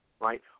right